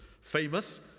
famous